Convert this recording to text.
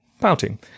Pouting